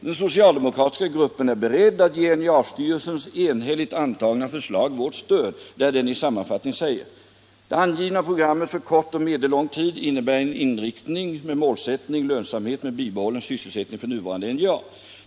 Den socialdemokratiska gruppen är beredd att ge NJA-styrelsens enhälligt antagna förslag sitt stöd, när den i sammanfattning säger: ”Det angivna programmet för kort och medellång tid innebär en inriktning med målsättning lönsamhet med bibehållen sysselsättning för nuvarande NJA.